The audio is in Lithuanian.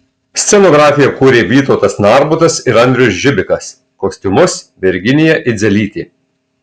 scenografiją kūrė vytautas narbutas ir andrius žibikas kostiumus virginija idzelytė